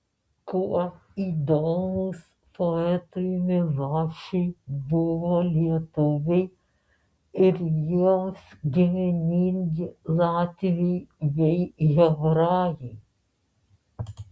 kuo įdomūs poetui milašiui buvo lietuviai ir jiems giminingi latviai bei hebrajai